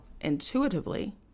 intuitively